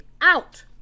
out